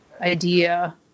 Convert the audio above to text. idea